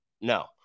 No